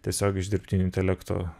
tiesiog iš dirbtinio intelekto